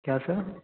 क्या सर